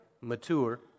mature